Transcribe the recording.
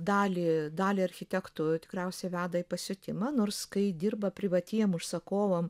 dalį dalį architektų tikriausiai veda į pasiutimą nors kai dirba privatiem užsakovams